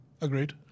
Agreed